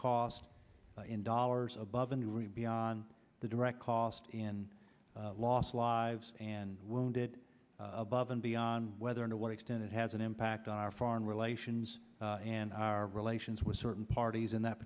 cost in dollars above and real beyond the direct cost and loss of lives and wounded above and beyond whether what extent it has an impact on our foreign relations and our relations with certain parties in that